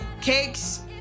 cakes